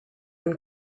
him